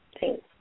Thanks